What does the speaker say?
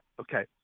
Okay